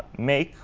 make,